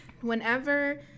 whenever